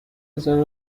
بزنن